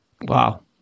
Wow